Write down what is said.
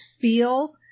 feel